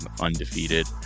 undefeated